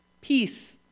peace